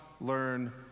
learn